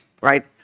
right